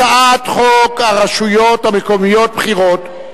הצעת חוק הרשויות המקומיות (בחירות)